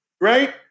right